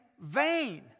vain